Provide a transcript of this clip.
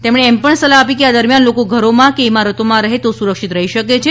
તેમણે સલાહ આપી કે આ દરમિથાન લોકો ઘરોમાં કે ઇમારતોમાં રહે તો સુરક્ષિત રહી શકે છે